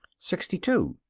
sixty two.